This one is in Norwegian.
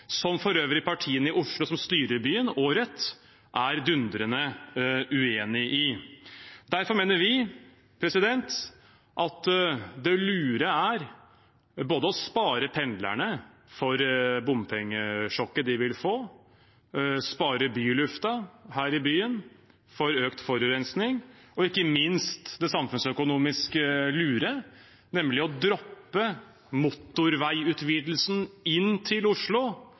som for øvrig partiene i Oslo som styrer byen, og Rødt, er dundrende uenig i. Derfor mener vi at det lure er både å spare pendlerne for bompengesjokket de vil få, å spare byluften her i byen for økt forurensning, og ikke minst er det samfunnsøkonomisk lure å droppe motorveiutvidelsen inn til Oslo,